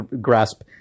grasp